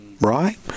right